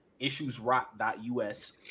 issuesrock.us